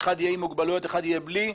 אחד יהיה עם מוגבלויות ואחד יהיה בלי,